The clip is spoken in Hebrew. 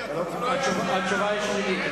התשובה היא שלילית.